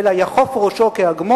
אומרים שיש מישהו חלש שהוא אשם.